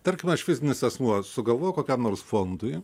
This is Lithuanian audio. tarkim aš fizinis asmuo sugalvojau kokiam nors fondui